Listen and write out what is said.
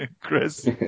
Chris